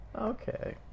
Okay